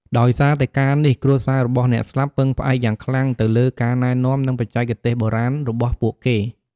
ដោយសារតែការនេះ គ្រួសាររបស់អ្នកស្លាប់ពឹងផ្អែកយ៉ាងខ្លាំងទៅលើការណែនាំនិងបច្ចេកទេសបុរាណរបស់ពួកគេ។